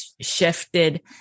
shifted